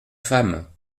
femme